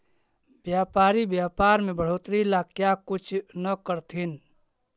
व्यापारी व्यापार में बढ़ोतरी ला क्या कुछ न करथिन